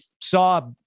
saw